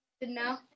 now